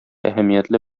әһәмиятле